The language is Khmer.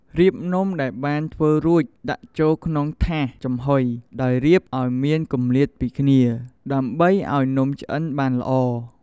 រៀបនំដែលបានធ្វើរួចដាក់ចូលក្នុងថាសចំហុយ ដោយរៀបឲ្យមានគម្លាតពីគ្នា ដើម្បីឲ្យនំឆ្អិនបានល្អ។